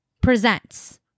presents